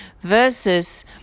versus